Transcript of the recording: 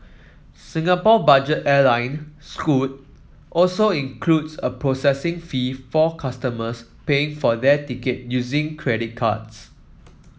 Singapore budget airline Scoot also includes a processing fee for customers paying for their ticket using credit cards